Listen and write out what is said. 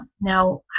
now